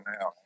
now